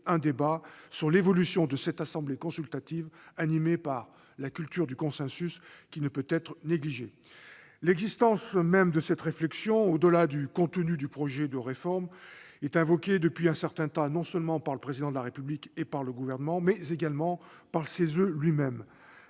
un débat sur l'évolution de cette assemblée consultative animée par la culture du consensus, qui ne peut être négligée. L'existence même de cette réflexion, au-delà du contenu du projet de réforme, est invoquée depuis un temps certain, non seulement par le Président de la République et par le Gouvernement, mais également par le CESE lui-même.